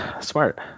smart